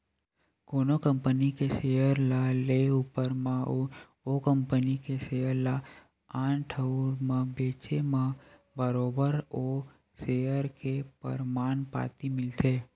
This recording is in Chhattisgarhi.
कोनो कंपनी के सेयर ल लेए ऊपर म अउ ओ कंपनी के सेयर ल आन ठउर म बेंचे म बरोबर ओ सेयर के परमान पाती मिलथे